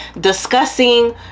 discussing